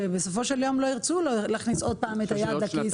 שבסופו של יום לא ירצו להוסיף עוד פעם את היד לכיס.